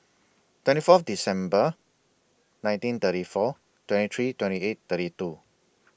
twenty Fourth December nineteen thirty four twenty three twenty eight thirty two